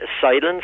silence